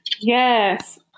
Yes